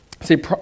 See